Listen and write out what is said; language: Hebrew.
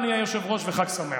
תודה, אדוני היושב-ראש, וחג שמח.